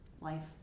life